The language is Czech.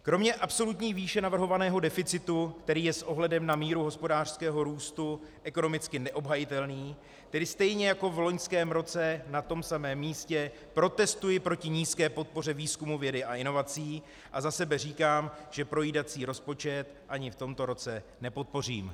Kromě absolutní výše navrhovaného deficitu, který je s ohledem na míru hospodářského růstu ekonomicky neobhajitelný, tedy stejně jako v loňském roce na tomtéž místě protestuji proti nízké podpoře, výzkumu, vědy a inovací a za sebe říkám, že projídací rozpočet ani v tomto roce nepodpořím.